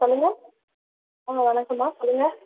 சொல்லுங்க ஆ வணக்கம்மா சொல்லுங்க